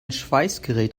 schweißgerät